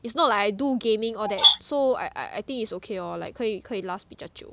is not like I do gaming all that so I I I think is okay lor like 可以可以 last 比较久